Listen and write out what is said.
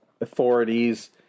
authorities